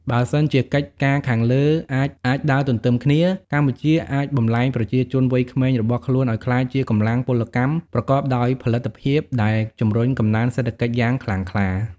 បើសិនជាកិច្ចការខាងលើអាចអាចដើរទន្ទឹមគ្នា កម្ពុជាអាចបំលែងប្រជាជនវ័យក្មេងរបស់ខ្លួនឲ្យក្លាយជាកម្លាំងពលកម្មប្រកបដោយផលិតភាព ដែលជំរុញកំណើនសេដ្ឋកិច្ចយ៉ាងខ្លាំងខ្លា។